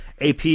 AP